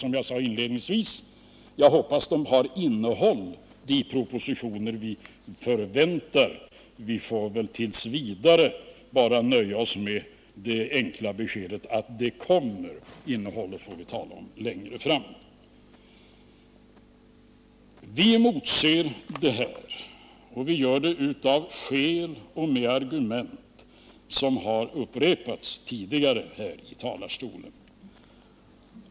Som jag sade inledningsvis hoppas jag att de propositioner som vi förväntar har innehåll. Vi fårt. v. nöja oss med att propositionerna kommer. Innehållet får vi tala om längre fram. Vi emotser de här förslagen — av skäl och med argument som har anförts tidigare här i talarstolen.